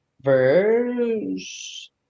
Verse